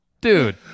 Dude